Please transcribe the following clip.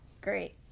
great